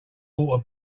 walter